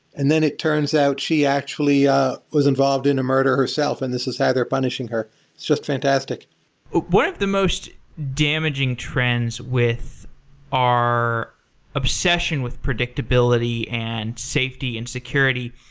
and then, it turns out she actually ah was involved in a murder herself, and this is either punishing her. it's just fantastic one of the most damaging trends with our obsession with predictability, and safety, and security,